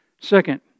Second